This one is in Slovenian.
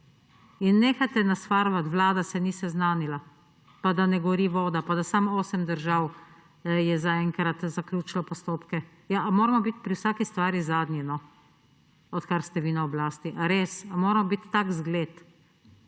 Nehajte nas farbati, da se Vlada ni seznanila pa da ne gori voda pa da je samo osem držav zaenkrat zaključilo postopke. Ali moramo biti pri vsaki stvari zadnji, odkar ste vi na oblasti? Res? Ali moramo biti tak zgled?